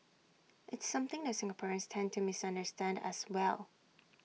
it's something that Singaporeans tend to misunderstand as well